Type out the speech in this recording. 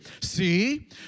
See